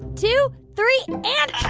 two, three. and